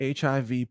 HIV